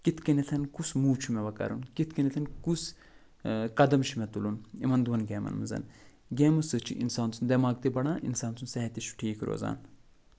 کِتھ کَنیٚتھ کُس موٗ چھُ مےٚ وٕ کَرُن کِتھ کَنیٚتھ کُس قدم چھُ مےٚ تُلُن یِمَن دۄن گیمَن منٛز گیمَو سۭتۍ چھِ اِنسان سُنٛد دٮ۪ماغ تہِ بڑان اِنسان سُنٛد صحت تہِ چھُ ٹھیٖک روزان